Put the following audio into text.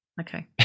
Okay